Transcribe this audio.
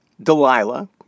Delilah